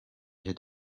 hit